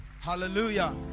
Hallelujah